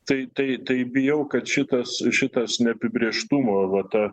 tai tai tai bijau kad šitas šitas neapibrėžtumo va ta